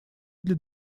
для